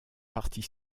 partie